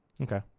Okay